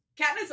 Katniss